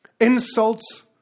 insults